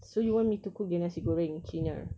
so you want me to cook the nasi goreng cina